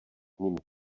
nimi